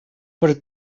treure